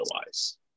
otherwise